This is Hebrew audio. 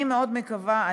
אני מאוד מקווה,